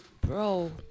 bro